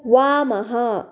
वामः